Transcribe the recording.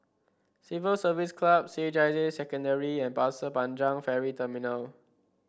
Civil Service Club C H I J Secondary and Pasir Panjang Ferry Terminal